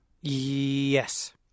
Yes